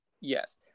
Yes